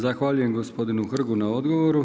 Zahvaljujem gospodinu Hrgu na odgovoru.